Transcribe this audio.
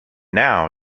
now